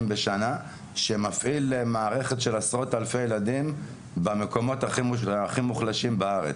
בשנה שמפעיל מערכת של עשרות אלפי ילדים במקומות הכי מוחלשים בארץ.